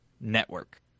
network